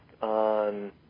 on